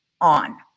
on